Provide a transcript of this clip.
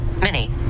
mini